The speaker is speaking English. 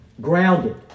grounded